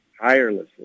tirelessly